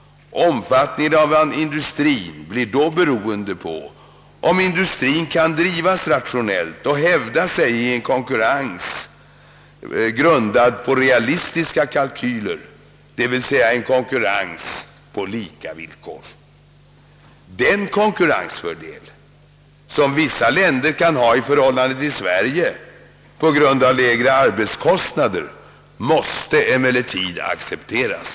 Omfattningen av industrien blir då beroende på om industrien kan drivas rationellt och hävda sig i en konkurrens, grundad på realistiska kalkyler, d.v.s. en konkurrens på lika villkor. Den konkurrensfördel som vissa länder kan ha i förhållande till Sverige på grund av lägre arbetskostnader måste emellertid accepteras.